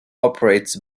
operates